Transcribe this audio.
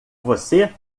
você